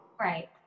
Right